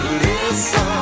listen